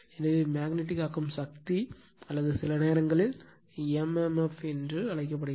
எனவே மேக்னட்டிக் ஆக்கும் சக்தி அல்லது சில நேரங்களில் m m f என்று அழைக்கப்படுகிறது